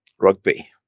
Rugby